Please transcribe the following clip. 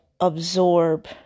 absorb